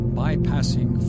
bypassing